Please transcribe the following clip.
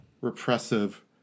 repressive